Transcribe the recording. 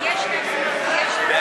55 נגד, 44